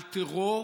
על טרור